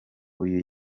uyu